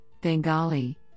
Bengali